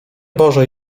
boże